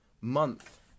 month